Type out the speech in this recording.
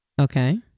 okay